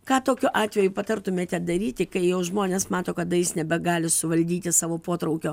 ką tokiu atveju patartumėte daryti kai jau žmonės mato kada jis nebegali suvaldyti savo potraukio